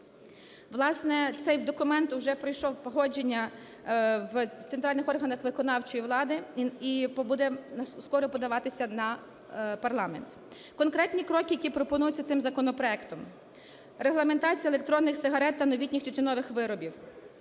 Власне, цей документ вже пройшов погодження в центральних органах виконавчої влади і буде скоро подаватися на парламент. Конкретні кроки, які пропонуються цим законопроектом: регламентація електронних сигарет та новітніх тютюнових виробів,